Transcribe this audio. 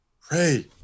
pray